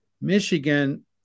Michigan